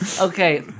Okay